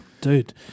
dude